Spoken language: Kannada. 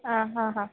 ಹಾಂ ಹಾಂ ಹಾಂ